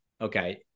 Okay